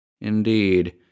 Indeed